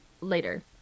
later